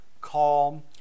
calm